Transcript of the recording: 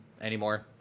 anymore